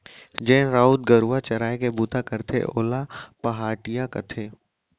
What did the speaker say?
जेन राउत गरूवा चराय के बूता करथे ओला पहाटिया कथें